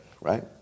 right